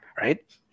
right